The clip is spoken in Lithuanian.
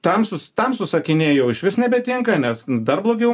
tamsūs tamsūs akiniai jau išvis nebetinka nes dar blogiau